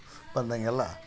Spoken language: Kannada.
ಬಂದಾಗೆಲ್ಲ